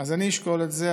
אז אני אשקול את זה.